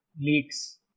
leaks